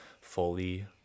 fully